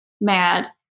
mad